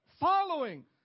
following